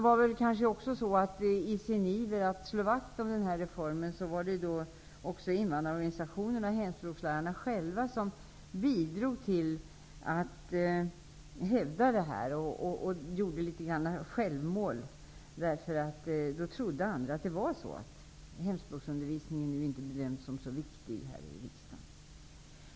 I sin iver att slå vakt om reformen bidrog invandrarorganisationerna och hemspråkslärarna själva till denna missuppfattning genom att hävda detta. Då trodde andra att det var så: I riksdagen bedöms hemspråksundervisningen inte vara så viktig.